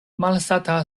malsata